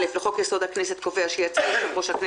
אנחנו מתחילים את הישיבה.